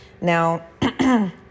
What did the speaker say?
Now